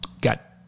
got